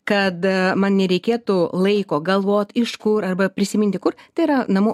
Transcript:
kada man nereikėtų laiko galvot iš kur arba prisiminti kur tai yra namų